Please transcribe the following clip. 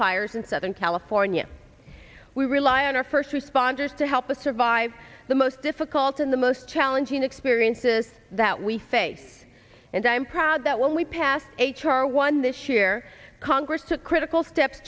fires in southern california we rely on our first responders to help us survive the most difficult and the most challenging experiences that we face and i'm proud that when we passed h r one this year congress to critical steps